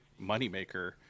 moneymaker